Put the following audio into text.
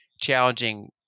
challenging